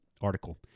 article